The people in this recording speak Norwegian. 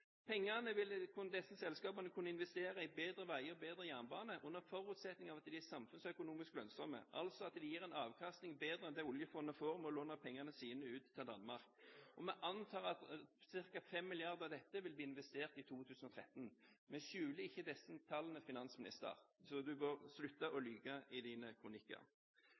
Pengene vil disse selskapene kunne investere i bedre veier og bedre jernbane, under forutsetning av at de er samfunnsøkonomisk lønnsomme, altså at de gir en avkastning bedre enn det oljefondet får av å låne pengene sine ut til Danmark. Vi antar at ca. 5 mrd. kr av dette vil bli investert i 2013. Vi skjuler ikke disse tallene, finansminister, så du bør slutte å lyve i dine